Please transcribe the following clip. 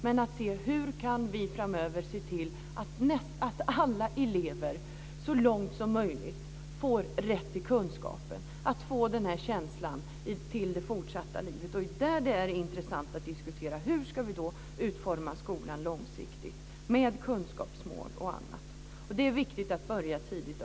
Men vi måste se till frågan hur vi framöver kan se till att alla elever, så långt som möjligt, får rätt till kunskaper och till känslan för det fortsatta livet. Det är intressant att diskutera hur vi ska utforma skolan långsiktigt med kunskapsmål osv. Det är viktigt att börja tidigt.